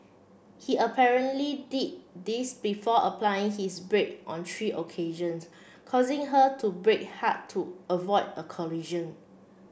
he did this before applying his brake on three occasions causing her to brake hard to avoid a collision